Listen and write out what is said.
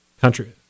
Country –